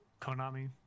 Konami